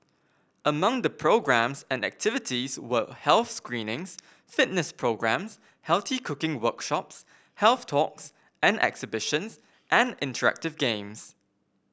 among the programmes and activities were health screenings fitness programmes healthy cooking workshops health talks and exhibitions and interactive games